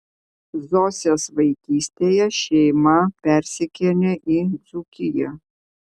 zosės vaikystėje šeima persikėlė į dzūkiją